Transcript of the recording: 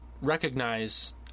Recognize